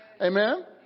Amen